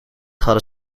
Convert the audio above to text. hadden